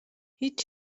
هیچ